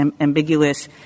ambiguous